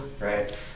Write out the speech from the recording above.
Right